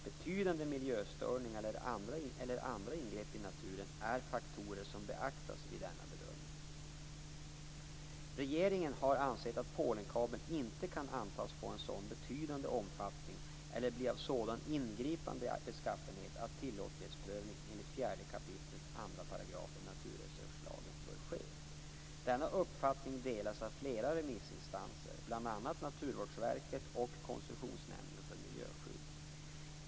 Betydande miljöstörningar eller andra ingrepp i naturen är faktorer som beaktas vid denna bedömning. Regeringen har ansett att Polenkabeln inte kan antas få en så betydande omfattning eller bli en så ingripande beskaffenhet att tillåtlighetsprövning enligt 4 kap. 2 § NRL bör ske. Denna uppfattning delas av flera remissinstanser, bl.a. Naturvårdsverket och Koncessionsnämnden för miljöskydd.